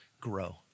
grow